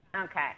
Okay